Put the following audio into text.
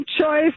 choice